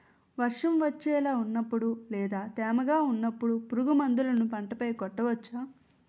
వర్షం వచ్చేలా వున్నపుడు లేదా తేమగా వున్నపుడు పురుగు మందులను పంట పై కొట్టవచ్చ?